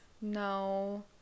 No